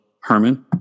Herman